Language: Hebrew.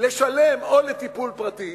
או לשלם על טיפול פרטי